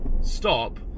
stop